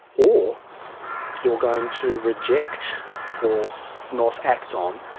or you're going to reject or not act on